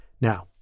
Now